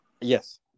Yes